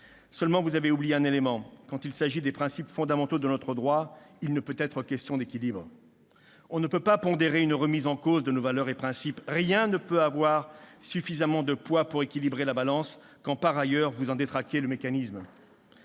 Seulement, vous avez oublié un élément : quand il s'agit de principes fondamentaux de notre droit, il ne peut être question d'équilibre. On ne peut pas pondérer une remise en cause de nos valeurs et principes. Rien ne peut avoir suffisamment de poids pour équilibrer la balance quand, par ailleurs, vous en détraquez le mécanisme.